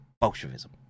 Bolshevism